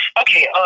Okay